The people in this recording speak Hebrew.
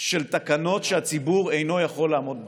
של תקנות שהציבור אינו יכול לעמוד בהן.